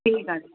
ठीकु आहे